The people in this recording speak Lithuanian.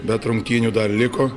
bet rungtynių dar liko